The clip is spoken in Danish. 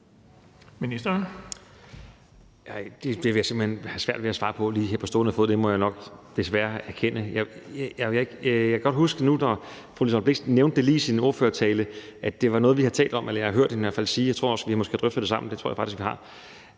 Det vil jeg simpelt hen have svært ved at svare på lige her på stående fod. Det må jeg desværre nok erkende. Jeg kan godt huske nu, da fru Liselott Blixt lige nævnte det i sin ordførertale, at det var noget, vi har talt om, eller jeg har i hvert fald hørt hende sige det, og jeg tror måske også, vi har drøftet det sammen. Det tror jeg faktisk vi har,